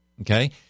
okay